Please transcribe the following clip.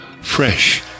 fresh